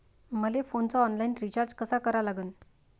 मले फोनचा online recharge कसा करा लागन?